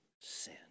sin